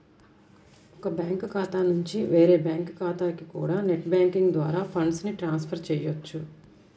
ఒక బ్యాంకు ఖాతా నుంచి వేరే బ్యాంకు ఖాతాకి కూడా నెట్ బ్యాంకింగ్ ద్వారా ఫండ్స్ ని ట్రాన్స్ ఫర్ చెయ్యొచ్చు